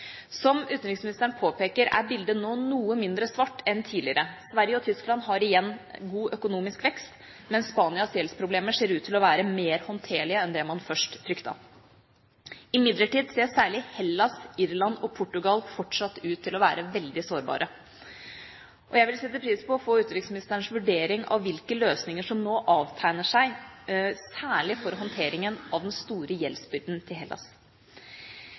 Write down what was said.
Som utenriksministeren påpeker, er bildet nå noe mindre svart enn tidligere. Sverige og Tyskland har igjen god økonomisk vekst, mens Spanias gjeldsproblemer ser ut til å være mer håndterlige enn det man først fryktet. Imidlertid ser særlig Hellas, Irland og Portugal fortsatt ut til å være veldig sårbare. Jeg vil sette pris på å få utenriksministerens vurdering av hvilke løsninger som nå avtegner seg, særlig for håndteringen av den store gjeldsbyrden til Hellas.